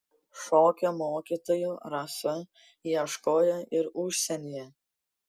šokio mokytojų rasa ieškojo ir užsienyje